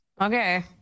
Okay